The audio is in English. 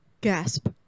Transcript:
Gasp